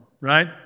right